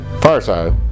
Fireside